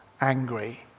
angry